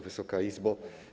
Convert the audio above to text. Wysoka Izbo!